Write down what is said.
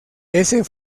ese